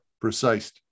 Precise